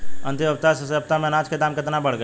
अंतिम हफ्ता से ए हफ्ता मे अनाज के दाम केतना बढ़ गएल?